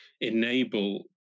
enable